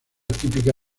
típica